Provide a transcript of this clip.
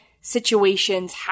situations